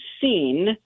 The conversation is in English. seen